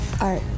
art